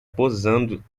posando